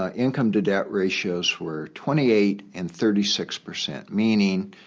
ah income-to-debt ratios were twenty eight and thirty six percent, meaning,